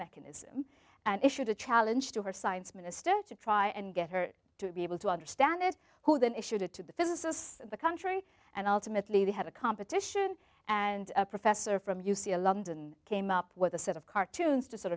mechanism and issued a challenge to her science minister to try and get her to be able to understand this who then issued it to the physicists of the country and ultimately they had a competition and a professor from u c a london came up with a set of cartoons to sort